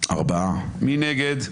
מי נגד?